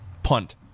punt